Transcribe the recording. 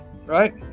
right